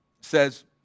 says